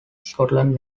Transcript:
scotland